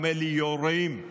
הוא אומר לי: יורים.